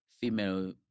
Female